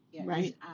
right